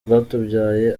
rwatubyaye